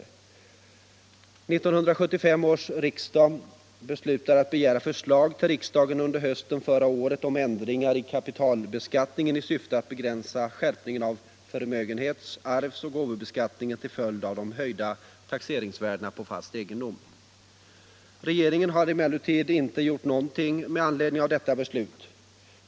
1975 års riksdag beslutade under hösten förra året att begära förslag till riksdagen om ändringar i kapitalbeskattningen i syfte att begränsa skärpningen av förmögenhets-, arvsoch gåvobeskattningen till följd av höjningarna av taxeringsvärdena på fast egendom. Regeringen har emellertid inte gjort någonting med anledning av detta beslut.